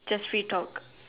just free talk